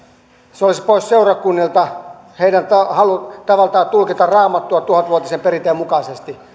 se olisi pois seurakunnilta heidän tavastaan tulkita raamattua tuhatvuotisen perinteen mukaisesti